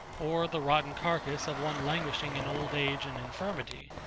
or the rotten carcass of one languishing in old age and infirmity.